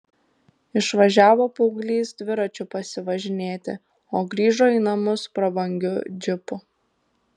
išvažiavo paauglys dviračiu pasivažinėti o grįžo į namus prabangiu džipu